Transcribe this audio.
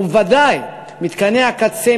וודאי מתקני הקצה,